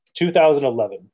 2011